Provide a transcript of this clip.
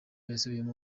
yasubiyemo